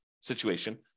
situation